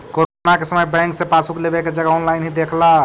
corona के समय bank से पासबुक लेवे के जगह ऑनलाइन ही देख ला